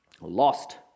Lost